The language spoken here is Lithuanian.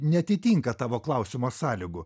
neatitinka tavo klausimo sąlygų